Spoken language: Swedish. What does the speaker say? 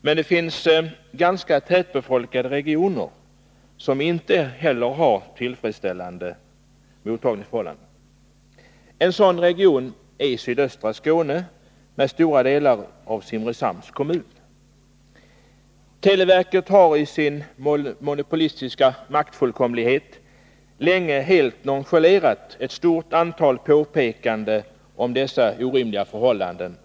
Men det finns ganska tätbefolkade regioner som inte heller har tillfredsställande mottagningsförhållanden. En sådan region är sydöstra Skåne med stora delar av Simrishamns kommun. Televerket har i sin monopolistiska maktfullkomlighet länge helt nonchalerat ett stort antal påpekanden från medborgarna om dessa orimliga förhållanden.